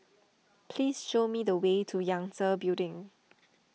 please show me the way to Yangtze Building